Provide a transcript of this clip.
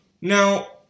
Now